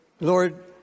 Lord